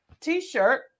t-shirt